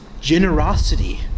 generosity